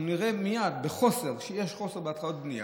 אנחנו נראה מייד שיש חוסר בהתחלות בנייה,